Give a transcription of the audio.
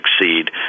succeed